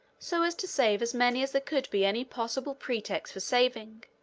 so as to save as many as there could be any possible pretext for saving.